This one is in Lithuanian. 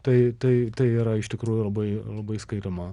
tai tai tai yra iš tikrųjų labai labai skaitoma